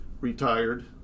retired